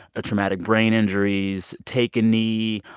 traumatic brain injuries take a knee.